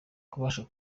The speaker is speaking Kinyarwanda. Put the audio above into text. kubasha